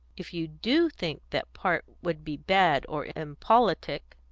if you do think that part would be bad or impolitic,